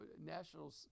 national